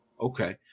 Okay